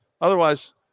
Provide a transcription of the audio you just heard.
Otherwise